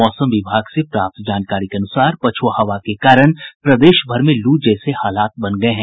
मौसम विभाग से प्राप्त जानकारी के अनुसार पछ्वा हवा के कारण प्रदेशभर में लू जैसे हालात बन गये हैं